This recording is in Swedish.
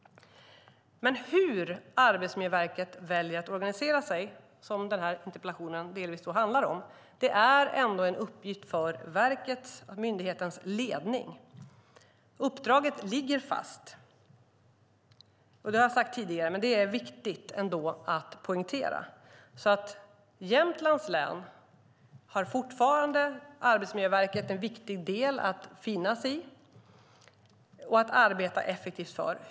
Men hur Arbetsmiljöverket väljer att organisera sig, som den här interpellationen delvis handlar om, är ändå en uppgift för verkets ledning. Uppdraget ligger fast. Det har jag sagt tidigare, men det är ändå viktigt att poängtera. Jämtlands län är fortfarande en viktig del för Arbetsmiljöverket att finnas i och att arbeta effektivt för.